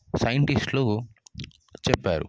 సైంటిస్ట్లు చెప్పారు